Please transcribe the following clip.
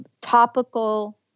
topical